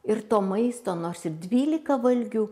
ir to maisto nors ir dvylika valgių